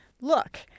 look